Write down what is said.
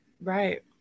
Right